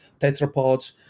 tetrapods